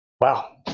Wow